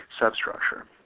substructure